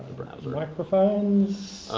browser. microphones?